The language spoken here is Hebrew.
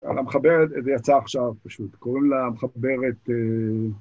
על המחבר, זה יצא עכשיו פשוט. קוראים לה מחברת...